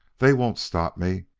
they won't stop me.